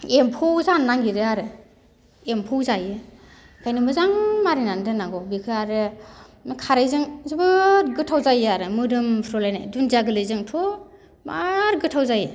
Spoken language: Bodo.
एम्फौ जानो नागिरो आरो एम्फौ जायो एखायनो मोजां मारिनानै दोननांगौ बिखो आरो नों खारैजों जोबोद गोथाव जायोआरो मोदोमफ्रुलायनाय दुनदिया गोललैजोंथ' मार गोथाव जायो